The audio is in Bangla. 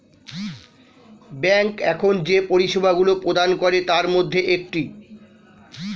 ব্যাংক এখন যে পরিষেবাগুলি প্রদান করে তার মধ্যে একটি